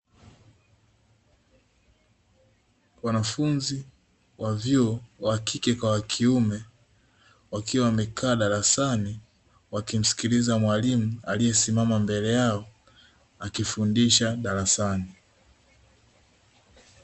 Wanafunzi wa vyuo wa kike kwa wa kiume wakiwa wamekaa darasani wakimsikiliza mwalimu aliyesimama mbele yao akifundisha darasani.